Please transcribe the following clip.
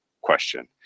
question